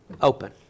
open